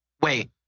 Wait